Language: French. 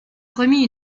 remis